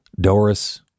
Doris